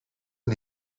een